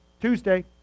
Tuesday